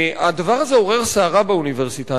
הדבר הזה עורר סערה באוניברסיטה.